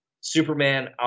Superman